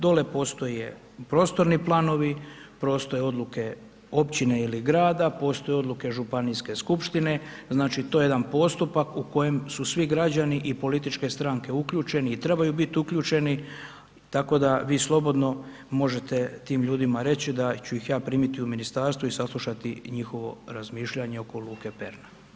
Dolje postoje prostorni planovi, postoje odluke općine ili grada, postoje odluke županijske skupštine, znači to je jedan postupak u kojem su svi građani i političke stranke uključeni i trebaju biti uključeni, tako da vi slobodno možete tim ljudima reći da ću ih ja primiti u ministarstvo i saslušati njihovo razmišljanje oko luke Perna.